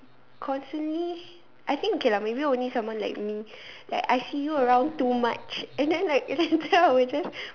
constantly I think okay lah maybe only someone like me like I see you around too much and then like later I will be